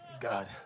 God